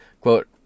Quote